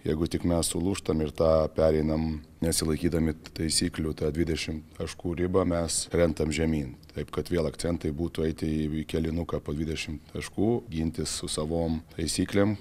jeigu tik mes sulūžtam ir tą pereinam nesilaikydami taisyklių tą dvidešimt taškų ribą mes krentam žemyn taip kad vėl akcentai būtų eiti į kėlinuką po dvidešimt taškų gintis su savom taisyklėm